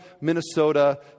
Minnesota